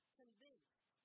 convinced